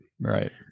right